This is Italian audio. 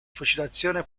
fucilazione